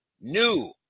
new